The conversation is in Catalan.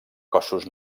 cossos